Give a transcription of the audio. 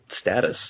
status